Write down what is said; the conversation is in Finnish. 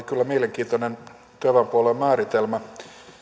kyllä mielenkiintoinen työväenpuolueen määritelmä